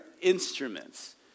instruments